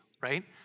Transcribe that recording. right